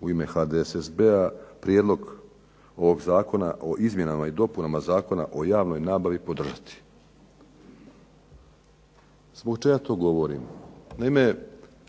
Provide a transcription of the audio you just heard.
u ime HDSSB-a prijedlog ovog Zakona o izmjenama i dopunama Zakona o javnoj nabavi podržati. Zbog čega to govorim? Naime